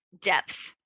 depth